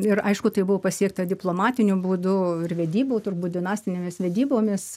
ir aišku tai buvo pasiekta diplomatiniu būdu vedybų turbūt dinastinėmis vedybomis